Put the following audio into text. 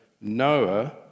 Noah